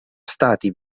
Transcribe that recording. stati